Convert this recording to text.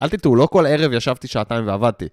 אל תטעו, לא כל ערב ישבתי שעתיים ועבדתי